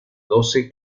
doce